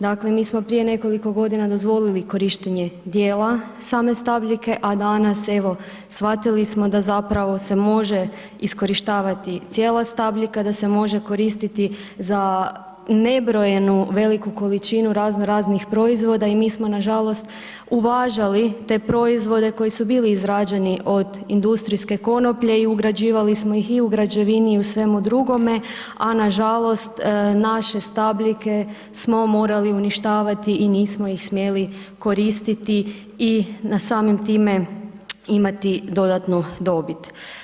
Dakle, mi smo prije nekoliko godina dozvolili korištenje dijela same stabljike, a danas, evo, shvatili smo da zapravo se može iskorištavati cijela stabljika, da se može koristiti za nebrojeno veliku količinu razno raznih proizvoda i mi smo nažalost uvažali te proizvode koji su bili izrađeni od industrijske konoplje i ugrađivali smo ih i u građevini i u svemu drugome, a nažalost naše stabljike smo morali uništava i nismo ih smjeli koristiti i na samim time imati dodatnu dobit.